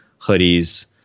hoodies